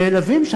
נעלבים.